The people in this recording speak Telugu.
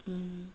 మ్మ్